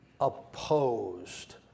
opposed